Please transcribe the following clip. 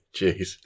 Jeez